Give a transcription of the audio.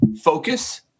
focus